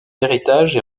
héritage